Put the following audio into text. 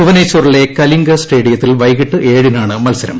ഭുവനേശ്വറിലെ കലിംങ്ക സ്റ്റേഡിയത്തിൽ വൈകിട്ട് ഏഴിനാണ് മത്സരം